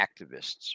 activists